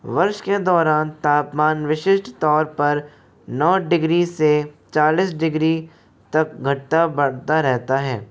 वर्ष के दौरान तापमान विशिष्ट तौर पर नो डिग्री से चालीस डिग्री तक घटता बढ़ता रहता है